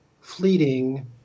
fleeting